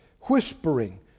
whispering